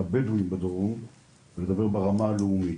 שמייצגת את החבר'ה הבדואים בדרום ולדבר ברמה הלאומית,